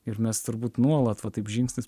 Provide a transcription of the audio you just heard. ir mes turbūt nuolat va taip žingsnis